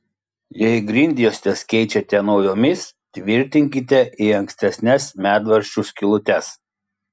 jei grindjuostes keičiate naujomis tvirtinkite į ankstesnes medvaržčių skylutes